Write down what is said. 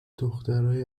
دخترای